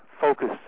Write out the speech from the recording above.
focus